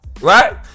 right